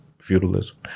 feudalism